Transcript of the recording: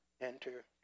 Enter